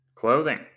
Clothing